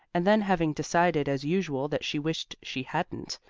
and then having decided as usual that she wished she hadn't,